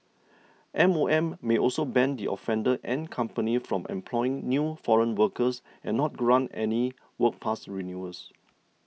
M O M may also ban the offender and company from employing new foreign workers and not grant any work pass renewals